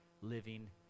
living